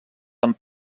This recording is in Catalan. amb